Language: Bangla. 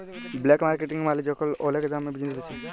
ব্ল্যাক মার্কেটিং মালে যখল ওলেক দামে জিলিস বেঁচে